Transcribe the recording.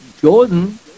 Jordan